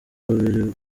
muri